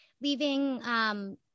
Leaving